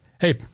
Hey